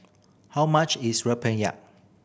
how much is rempeyak